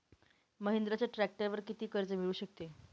महिंद्राच्या ट्रॅक्टरवर किती कर्ज मिळू शकते?